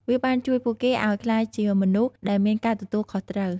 វាបានជួយពួកគេឱ្យក្លាយជាមនុស្សដែលមានការទទួលខុសត្រូវ។